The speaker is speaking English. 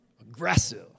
Aggressive